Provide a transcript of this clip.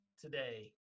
today